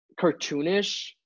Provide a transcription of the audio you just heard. cartoonish